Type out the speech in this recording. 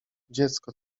dziecko